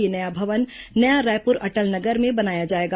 यह नया भवन नया रायपुर अटल नगर में बनाया जाएगा